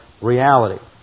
reality